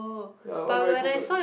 ya all very compet~